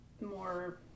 more